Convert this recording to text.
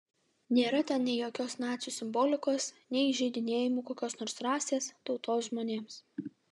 nėra ten nei jokios nacių simbolikos nei įžeidinėjimų kokios nors rasės tautos žmonėms